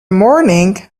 morning